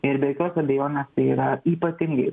ir be jokios abejonės tai yra ypatingai